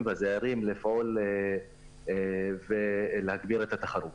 והזעירים לפעול ולהגביר את התחרות.